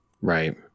Right